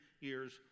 years